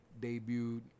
debuted